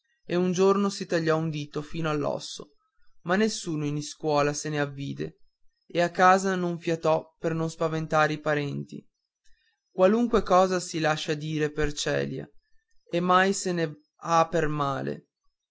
e un giorno si tagliò un dito fino all'osso ma nessuno in iscuola se n'avvide e a casa non rifiatò per non spaventare i parenti qualunque cosa si lascia dire per celia e mai non se n'ha per male